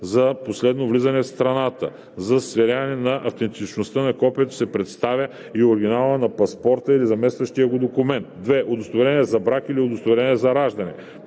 за последното влизане в страната; за сверяване на автентичността на копието се представя и оригиналът на паспорта или заместващия го документ; 2. удостоверение за брак или удостоверение за раждане;